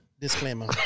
Disclaimer